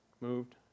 moved